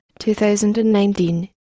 2019